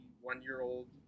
one-year-old